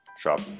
shop